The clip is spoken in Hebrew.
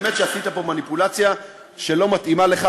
באמת עשית פה מניפולציה שלא מתאימה לך,